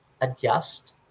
adjust